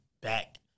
back